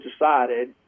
decided